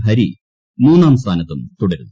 ഹരി മൂന്നാം സ്ഥാനത്തും തുടരുന്നു